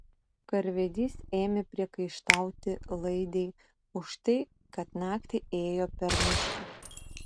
karvedys ėmė priekaištauti laidei už tai kad naktį ėjo per mišką